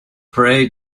pray